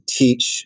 teach